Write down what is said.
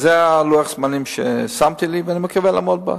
זה לוח הזמנים שקבעתי לי, ואני מקווה לעמוד בו.